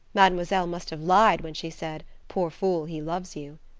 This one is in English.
mademoiselle must have lied when she said, poor fool, he loves you.